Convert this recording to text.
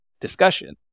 discussion